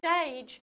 stage